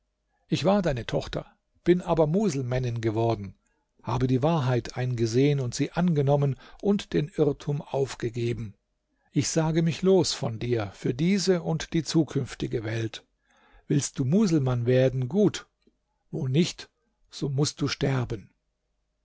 ich war deine tochter bin aber muselmännin geworden habe die wahrheit eingesehen und sie angenommen und den irrtum aufgegeben ich sage mich los von dir für diese und die zukünftige welt willst du muselmann werden gut wo nicht so mußt du sterben